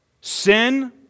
sin